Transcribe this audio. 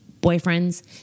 boyfriends